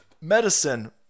medicine